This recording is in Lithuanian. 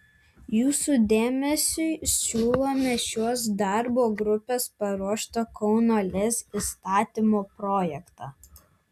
jūsų dėmesiui siūlome šios darbo grupės paruoštą kauno lez įstatymo projektą